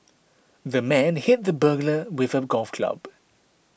the man hit the burglar with a golf club